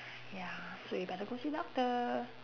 ya so you better go see doctor